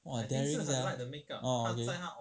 !wah! daring sia orh okay